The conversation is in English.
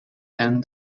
and